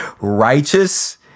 righteous